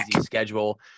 schedule